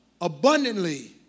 abundantly